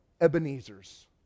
Ebenezer's